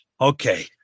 okay